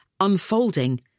unfolding